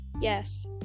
yes